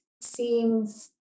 seems